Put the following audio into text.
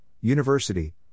University